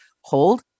hold